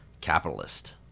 capitalist